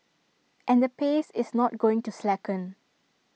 and the pace is not going to slacken